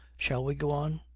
shall we go on?